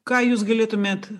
ką jūs galėtumėt